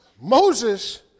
Moses